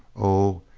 oh,